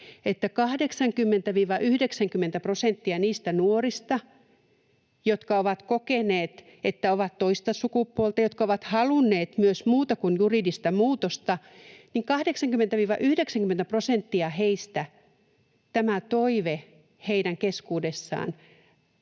että 80—90 prosentilla niistä nuorista, jotka ovat kokeneet, että ovat toista sukupuolta, jotka ovat halunneet myös muuta kuin juridista muutosta, tämä toive laimentuu,